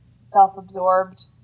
self-absorbed